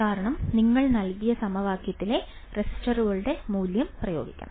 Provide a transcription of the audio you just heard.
കാരണം നിങ്ങൾ നൽകിയ സമവാക്യത്തിലെ റെസിസ്റ്ററുകളുടെ മൂല്യം പ്രയോഗിക്കണം